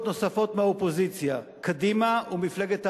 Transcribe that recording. נוספות מהאופוזיציה: קדימה ומפלגת העבודה.